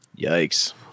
Yikes